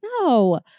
no